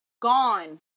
Gone